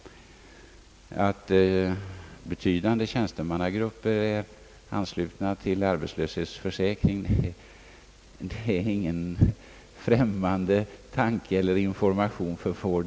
Att betydande tjänstemannagrupper är anslutna till arbetslöshetsförsäkring är ingen nyhet för vår del.